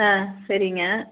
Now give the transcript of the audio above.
ஆ சரிங்க